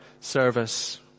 service